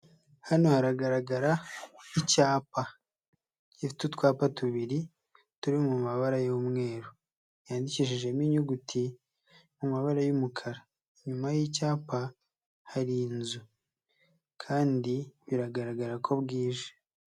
Hano haragaragara icyapa gifite tutwapa tubiri, turi mu mabara y'umweru. Yanyandikishijemo inyuguti mu mabara y'umukara, inyuma y''cyapa hari inzu kandi biragaragara ko bwije.